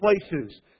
places